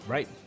Right